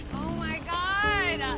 my god.